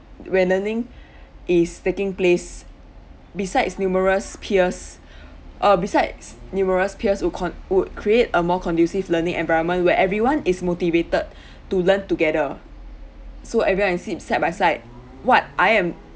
where learning is taking place besides numerous peers uh besides numerous peers would con~ would create a more conducive learning environment where everyone is motivated to learn together so everyone sit side by side what I am